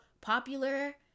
popular